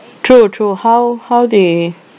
true true how how they